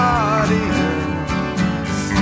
audience